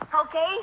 Okay